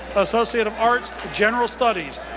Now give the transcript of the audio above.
associate of arts, general studies,